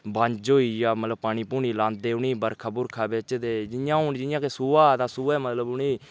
बंज होई गेआ मतलब पानी पुनी लांदे उ'नेंगी बरखा बुरखा बिच्च ते जियां हून जि'यां कि सोहा आ दा सोहे दा मतलब उ'नेंगी